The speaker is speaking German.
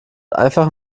einfach